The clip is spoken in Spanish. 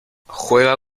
juega